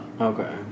Okay